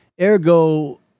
ergo